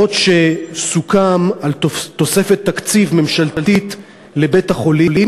אף שסוכם על תוספת תקציב ממשלתית לבית-החולים